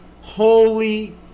Holy